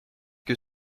que